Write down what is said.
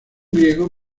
griego